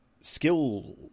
skill